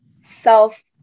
self